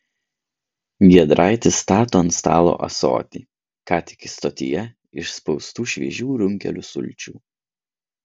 giedraitis stato ant stalo ąsotį ką tik stotyje išspaustų šviežių runkelių sulčių